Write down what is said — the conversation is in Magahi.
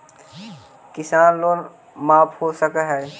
किसान लोन माफ हो सक है?